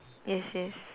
yes yes